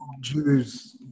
Jews